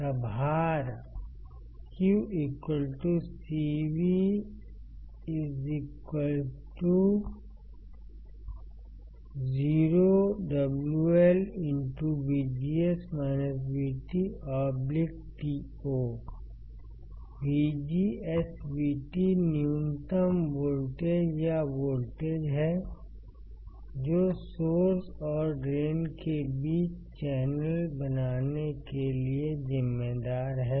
प्रभार qCVεoWLto VGS VT न्यूनतम voltage या वोल्टेज है जो सोर्स और ड्रेन के बीच चैनल बनाने के लिए जिम्मेदार है